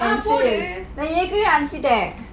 நான் ஏற்கனவேய அன்பிடன்:naan yearkanavey anipitan